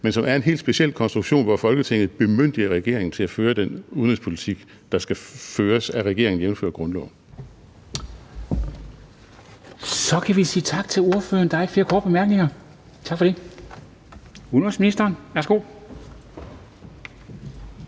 Men det er en helt speciel konstruktion, hvor Folketinget bemyndiger regeringen til at føre den udenrigspolitik, der skal føres af regeringen, jævnfør grundloven. Kl. 19:58 Formanden (Henrik Dam Kristensen): Så kan vi sige tak til ordføreren. Der er ikke flere korte bemærkninger. Tak for det. Udenrigsministeren, værsgo.